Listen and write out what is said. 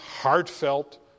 heartfelt